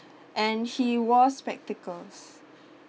and he wore spectacles